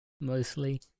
mostly